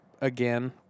again